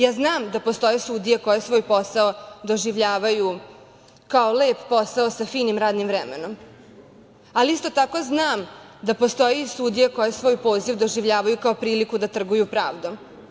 Ja znam da postoje sudije koje svoj posao doživljavaju kao lep posao sa finim radnim vremenom, ali isto tako znam da postoje i sudije koji svoj poziv doživljavaju kao priliku da trguju pravdom.